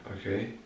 okay